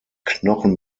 knochen